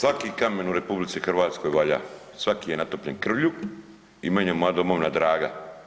Svaki kamen u RH valja, svaki je natopljen krvlju i meni je moja domovina draga.